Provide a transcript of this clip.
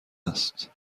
است